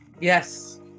Yes